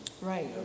Right